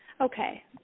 Okay